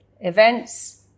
Events